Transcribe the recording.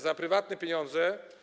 Za prywatne pieniądze.